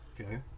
Okay